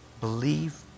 Believe